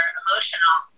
emotional